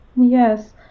Yes